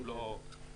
הוא לא בשימוש,